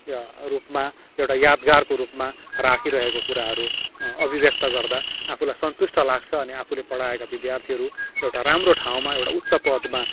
रूपमा एउटा यादगारको रूपमा राखीरहेको कुराहरू अभिव्यक्त गर्दा आफूलाई सन्तुष्ट लाग्छ अनि आफूले पढाएका विद्यार्थीहरू एउटा राम्रो ठाउँमा एउटा उच्च पदमा